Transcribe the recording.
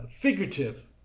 figurative